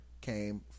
came